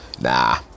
Nah